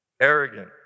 arrogant